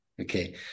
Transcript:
okay